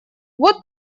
вот